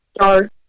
start